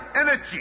energy